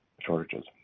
shortages